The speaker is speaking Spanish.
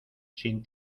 sin